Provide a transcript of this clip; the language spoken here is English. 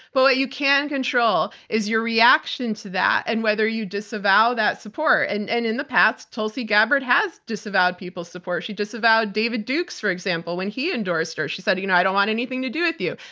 but what you can control is your reaction to that, and whether you disavow that support. and and in the past, tulsi gabbard has disavowed people's support. she disavowed david duke, for example, when he endorsed her. she said, you know, i don't want anything to do with you.